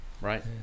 Right